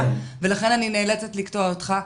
ולכן אני נאלצת לקטוע אותך.